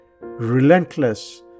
relentless